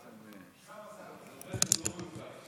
זה אומר שאתה לא מרוכז.